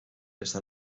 esta